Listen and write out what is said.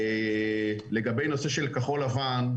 לגבי נושא של כחול-לבן,